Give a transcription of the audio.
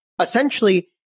Essentially